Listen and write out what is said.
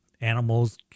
animals